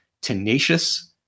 tenacious